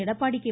Edappadi K